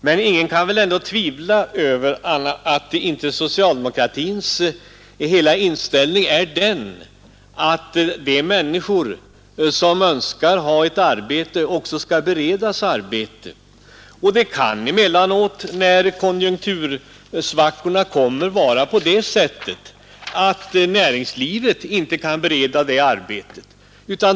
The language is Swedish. Men ingen kan väl tvivla på att socialdemokratins hela inställning är att de människor som önskar ha ett arbete också skall beredas arbete? Det kan emellanåt, när konjunktursvackorna kommer, bli så att näringslivet inte kan bereda arbete.